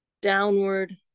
downward